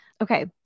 Okay